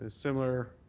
similar